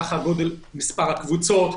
ככה מספר הקבוצות.